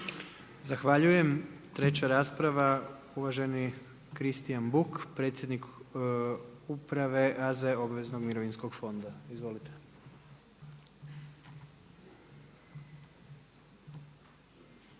Zahvaljujem. Treća rasprava uvaženi Kristijan Buk, predsjednik uprave AZ obveznog mirovinskog fonda. Izvolite.